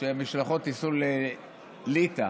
שמשלחות ייסעו לליטא